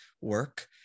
work